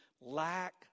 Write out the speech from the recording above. lack